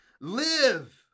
Live